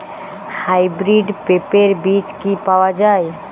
Hybrid পেঁপের বীজ কি পাওয়া যায়?